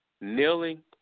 kneeling